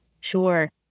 Sure